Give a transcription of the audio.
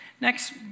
next